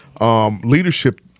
leadership